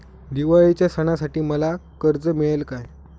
दिवाळीच्या सणासाठी मला कर्ज मिळेल काय?